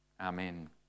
Amen